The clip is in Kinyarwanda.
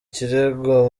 kirego